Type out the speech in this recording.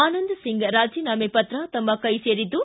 ಆನಂದ್ ಸಿಂಗ್ ರಾಜೀನಾಮೆ ಪತ್ರ ತಮ್ಮ ಕೈಗೆ ಸೇರಿದ್ದು